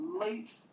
late